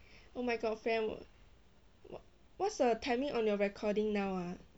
oh my god friend what what's the timing on your recording now ah